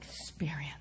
experience